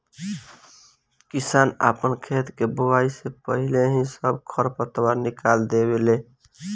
किसान आपन खेत के बोआइ से पाहिले ही सब खर पतवार के निकलवा देवे ले